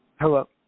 Hello